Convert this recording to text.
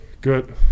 Good